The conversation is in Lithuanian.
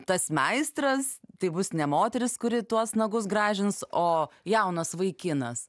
tas meistras tai bus ne moteris kuri tuos nagus gražins o jaunas vaikinas